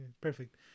perfect